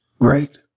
great